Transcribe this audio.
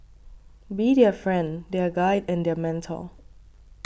be their friend their guide and their mentor